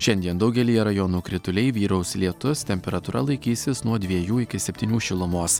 šiandien daugelyje rajonų krituliai vyraus lietus temperatūra laikysis nuo dviejų iki septynių šilumos